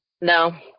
No